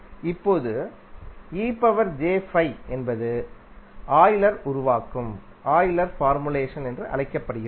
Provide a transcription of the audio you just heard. இப்போது என்பது ஆய்லர் உருவாக்கம் என்று அழைக்கப்படுகிறது